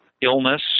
illness